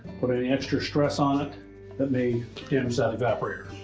put any extra stress on it that may damage that evaporator.